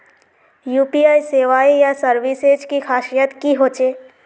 UPI सेवाएँ या services की खासियत की होचे?